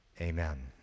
Amen